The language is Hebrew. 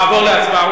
לעבור להצבעה.